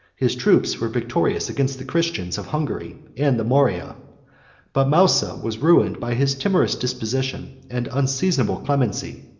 his troops were victorious against the christians of hungary and the morea but mousa was ruined by his timorous disposition and unseasonable clemency.